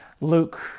Luke